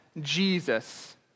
Jesus